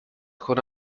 کنه